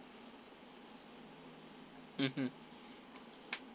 mmhmm